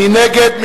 מי נגד?